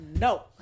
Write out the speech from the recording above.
no